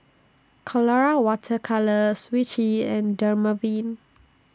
Colora Water Colours Vichy and Dermaveen